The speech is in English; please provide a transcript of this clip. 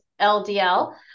LDL